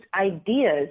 ideas